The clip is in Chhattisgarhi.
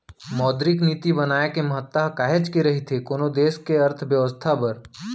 मौद्रिक नीति बनाए के महत्ता ह काहेच के रहिथे कोनो देस के अर्थबेवस्था बर